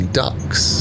ducks